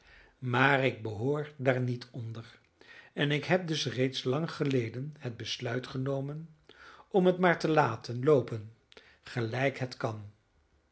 maar ik behoor daar niet onder en ik heb dus reeds lang geleden het besluit genomen om het maar te laten loopen gelijk het kan